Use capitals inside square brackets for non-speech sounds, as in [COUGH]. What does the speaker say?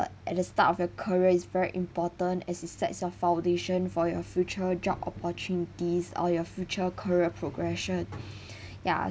like at the start of your career is very important as it sets your foundation for your future job opportunities or your future career progression [BREATH] ya